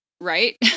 right